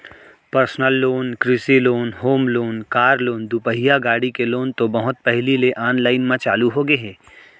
personal loan, कृषि loan, home loan, car loan, दुपहिया गाड़ी के लोन तो बहुत पहिली ले आनलाइन म चालू होगे हे